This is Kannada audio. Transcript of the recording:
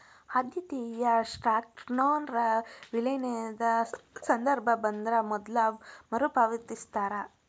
ಆದ್ಯತೆಯ ಸ್ಟಾಕ್ನೊರ ವಿಲೇನದ ಸಂದರ್ಭ ಬಂದ್ರ ಮೊದ್ಲ ಮರುಪಾವತಿಸ್ತಾರ